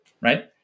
right